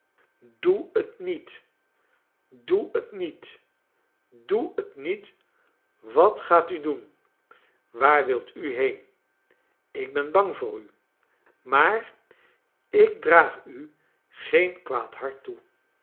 doe t niet doe t niet doe t niet wat gaat u doen waar wilt u heen ik ben bang voor u maar ik draag u geen kwaad hart toe